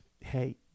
hey